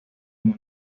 como